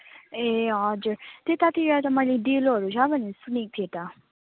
ए हजुर त्यतातिर त मैले डेलोहरू छ भनेर सुनेको थिएँ त